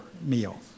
meal